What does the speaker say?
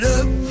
up